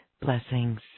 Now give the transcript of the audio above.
Blessings